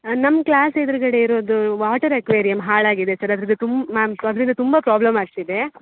ನಮ್ಮ ಕ್ಲಾಸ್ ಎದ್ರುಗಡೆ ಇರೋದು ವಾಟರ್ ಅಕ್ವೇರಿಯಮ್ ಹಾಳಾಗಿದೆ ಸರ್ ಅದ್ರದ್ದು ತುಂಬ ಮ್ಯಾಮ್ ಅದರಿಂದ ತುಂಬ ಪ್ರಾಬ್ಲಮ್ ಆಗ್ತಿದೆ